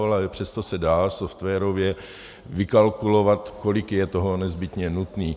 Ale přesto se dá softwarově vykalkulovat, kolik je toho nezbytně nutné.